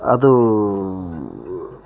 ಅದು